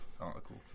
Article